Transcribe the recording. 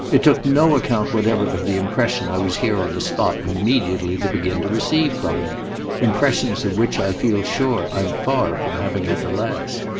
it took no account whatever of the impression i was here on the spot immediately to begin to receive from him impressions of which i feel sure i'm far from having had the last.